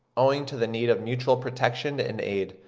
owing to the need of mutual protection and aid,